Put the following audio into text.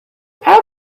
alchemy